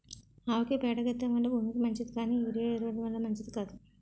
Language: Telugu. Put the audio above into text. ఆవుల పేడ గెత్తెం వల్ల భూమికి మంచిది కానీ యూరియా ఎరువు ల వల్ల మంచిది కాదు